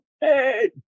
hey